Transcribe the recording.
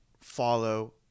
follow